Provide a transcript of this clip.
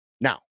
Now